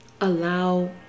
allow